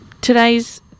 today's